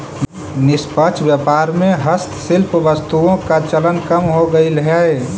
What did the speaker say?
निष्पक्ष व्यापार में हस्तशिल्प वस्तुओं का चलन कम हो गईल है